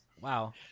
Wow